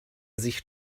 sich